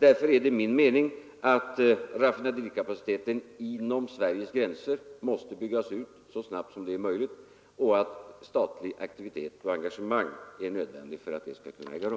Därför är det min mening att raffinaderikapaciteten inom Sveriges gränser måste byggas ut så snabbt som möjligt, och att statlig aktivitet och statligt engagemang är nödvändiga för att så skall kunna ske.